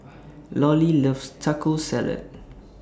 Lollie loves Taco Salad